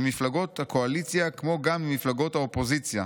ממפלגות הקואליציה כמו גם ממפלגות האופוזיציה.